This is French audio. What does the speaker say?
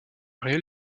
réel